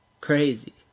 Crazy